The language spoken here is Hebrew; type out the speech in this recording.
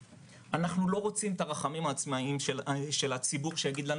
אנחנו לא רוצים את הרחמים העצמיים של הציבור שיגיד לנו